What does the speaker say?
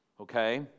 okay